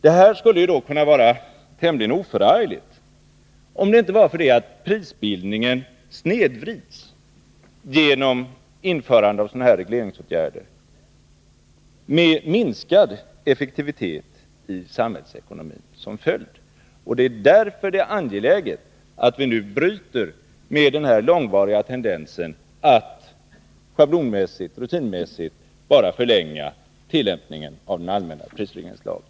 Det här skulle kunna vara tämligen oförargligt om det inte vore så att prisbildningen snedvrids genom införande av sådana här regleringsåtgärder med minskad effektivitet i samhällsekonomin som följd. Det är därför angeläget att vi nu bryter med den långvariga tendensen att rutinmässigt bara förlänga tillämpningen av den allmänna prisregleringslagen.